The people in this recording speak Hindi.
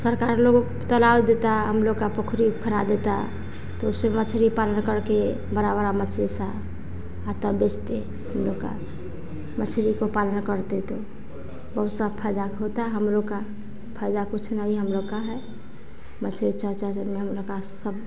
सरकार लोगो क तालाब देता हम लोग का पोखरी फरा देता तो उससे मछ्ली पालन करके बड़ा बड़ा मछली सा और तब बेचते हम लोग का मछ्ली को पालन करते त बहुत सा फायदा होता है हम लोग का फायदा कुछ नहीं हम लोग का है मछली चार चार दिन में हम लोग का सब